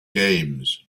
games